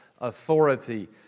authority